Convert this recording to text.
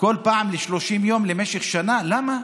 כל פעם ב-30 יום למשך שנה, למה?